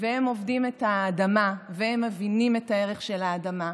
והם עובדים את האדמה, הם מבינים את הערך של האדמה,